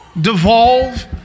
devolve